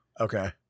Okay